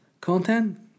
content